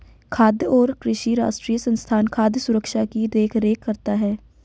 खाद्य और कृषि राष्ट्रीय संस्थान खाद्य सुरक्षा की देख रेख करता है